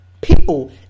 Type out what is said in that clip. people